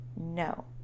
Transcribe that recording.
no